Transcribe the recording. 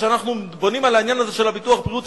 כשאנחנו בונים על העניין הזה של ביטוח הבריאות,